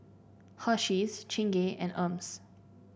Hersheys Chingay and Hermes